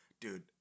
dude